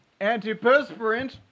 antiperspirant